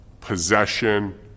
possession